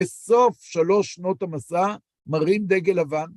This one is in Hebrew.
בסוף שלוש שנות המסע, מרים דגל לבן.